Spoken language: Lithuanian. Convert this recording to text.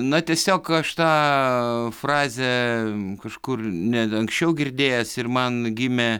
na tiesiog aš tąąą frazęę kažkur net anksčiau girdėjęs ir man gimė